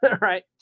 right